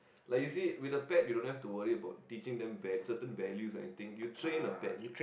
like you see with a pet you don't have to worry about teaching them val~ certain values or anything you train a pet